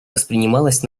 воспринималось